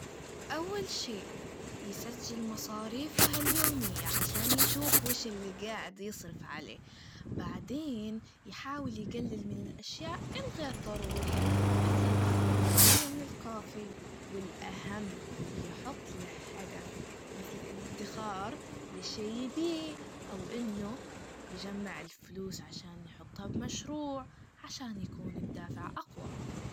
أول شي يسجل مصاريفه اليومية, عشان يشوف وش اللي جاعد يصرف عليه, بعدين يحاول يجلل من الأشياء الغير ضرورية, مثل القهوة اليومية من الكافية, والأهم يحطله هدف, مثل الإدخار لشي يبيه, أو إنه يجمع الفلوس عشان يحطها بمشروع, عشان يكون الدافع أقوى.